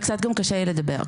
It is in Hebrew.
וקצת גם קשה לי לדבר.